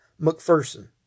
McPherson